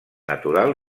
natural